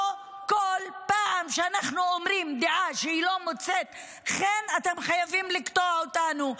לא בכל פעם שאנחנו אומרים דעה שהיא לא מוצאת חן אתם חייבים לקטוע אותנו.